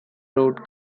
road